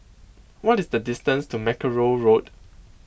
what is the distance to Mackerrow Road